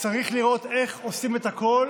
צריך לראות איך עושים את הכול